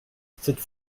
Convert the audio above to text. cette